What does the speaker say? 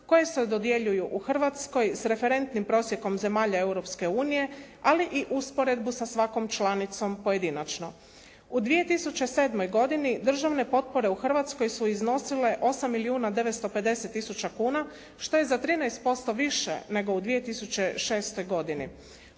koje se dodjeljuju u Hrvatskoj s referentnim prosjekom zemalja Europske unije ali i usporedbu sa svakom članicom pojedinačno. U 2007. godini državne potpore u Hrvatskoj su iznosile 8 milijuna 950 tisuća kuna što je za 13% više nego u 2006. godini.